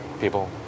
people